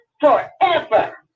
forever